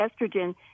estrogen